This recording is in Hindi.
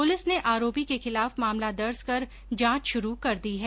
पुलिस ने आरोपी के खिलाफ मामला दर्ज कर जांच शुरू कर दी है